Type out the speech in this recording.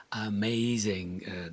amazing